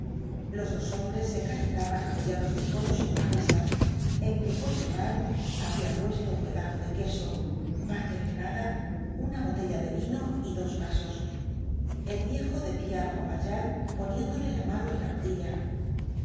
los dos hombres se calentaban apoyados de codos en una mesa en que fauchelevent habia puesto un pedazo de queso pan de cebada una botella de vino y dos'vasos el viejo decia á juan valjean poniéndole la mano en la rodilla